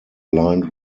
lined